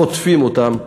חוטפים אותם.